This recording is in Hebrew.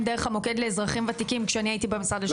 דרך המוקד לאזרחים וותיקים כשאני הייתי במשרד לשוויון חברתי.